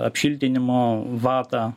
apšiltinimo vatą